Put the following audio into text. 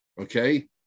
okay